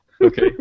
Okay